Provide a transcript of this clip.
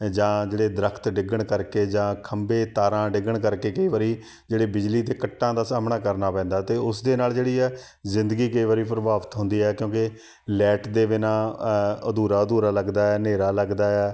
ਜਾਂ ਜਿਹੜੇ ਦਰੱਖਤ ਡਿੱਗਣ ਕਰਕੇ ਜਾਂ ਖੰਭੇ ਤਾਰਾਂ ਡਿੱਗਣ ਕਰਕੇ ਕਈ ਵਾਰੀ ਜਿਹੜੇ ਬਿਜਲੀ ਦੇ ਕੱਟਾਂ ਦਾ ਸਾਹਮਣਾ ਕਰਨਾ ਪੈਂਦਾ ਅਤੇ ਉਸ ਦੇ ਨਾਲ ਜਿਹੜੀ ਹੈ ਜ਼ਿੰਦਗੀ ਕਈ ਵਾਰ ਪ੍ਰਭਾਵਿਤ ਹੁੰਦੀ ਹੈ ਕਿਉਂਕਿ ਲਾਈਟ ਦੇ ਬਿਨਾਂ ਅਧੂਰਾ ਅਧੂਰਾ ਲੱਗਦਾ ਹਨੇਰਾ ਲੱਗਦਾ ਹੈ